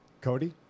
Cody